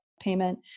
payment